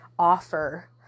offer